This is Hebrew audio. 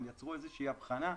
הן יצרו איזושהי הבחנה,